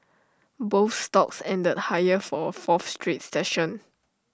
both stocks ended higher for A fourth straight session